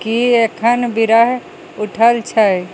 की एखन बिरह उठल छै